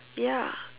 ya